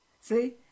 See